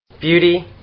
Beauty